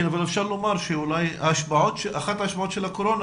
אבל אפשר לומר שאחת ההשפעות של הקורונה,